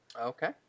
Okay